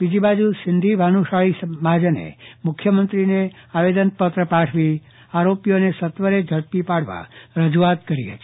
બીજીવાર સિધી ભાનુશાલી મહાજને મુખ્યમંત્રીને આવેદનપત્ર પાઠવી આરોપીઓને સત્વરે ઝડપી પાડવા રજૂઆત કરી હતી